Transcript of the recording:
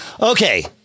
okay